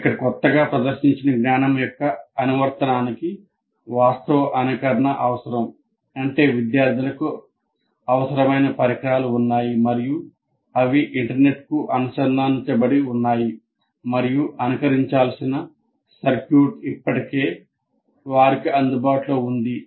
ఇక్కడ క్కొత్తగా ప్రదర్శించిన జ్ఞానం యొక్క అనువర్తనానికి వాస్తవ అనుకరణ అవసరం అంటే విద్యార్థులకు అవసరమైన పరికరాలు ఉన్నాయి మరియు అవి ఇంటర్నెట్కు అనుసంధానించబడి ఉంటాయి మరియు అనుకరించాల్సిన సర్క్యూట్ ఇప్పటికే వారికి అందుబాటులో ఉంది